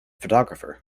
photographer